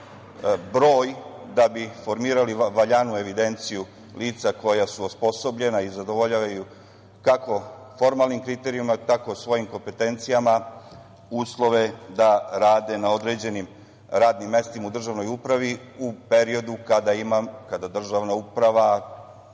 broj da bi formirali valjanu evidenciju lica koja su osposobljena i zadovoljavaju kako formalnim kriterijuma, tako svojim kompetencijama uslove da rade na određenim radnim mestima u državnoj upravi u periodu kada državna uprava